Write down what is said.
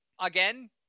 Again